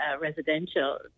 residential